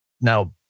Now